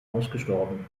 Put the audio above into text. ausgestorben